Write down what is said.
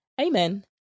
amen